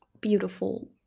beautiful